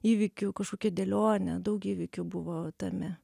įvykių kažkokia dėlionė daug įvykių buvo tame